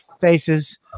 faces